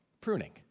pruning